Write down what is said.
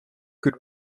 could